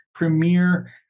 Premier